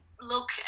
look